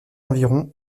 environ